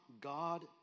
God